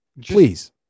Please